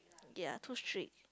ya too strict